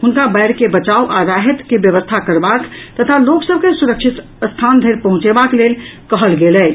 हुनका बाढ़ि सॅ बचाव आ राहति के व्यवस्था करबाक तथा लोकसभ के सुरक्षित स्थान धरि पहुंचेबाक लेल कहल गेल अछि